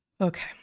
Okay